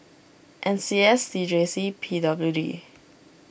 N C S C J C and P W D